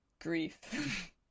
grief